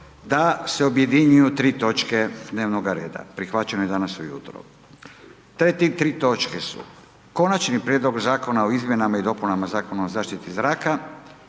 da se objedine tri točke dnevnoga red, prihvaćeno je danas ujutro. Te tri točke su: - Prijedlog zakona o izmjenama i dopunama Zakona o zaštiti zraka,